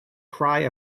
cry